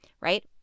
Right